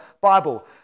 Bible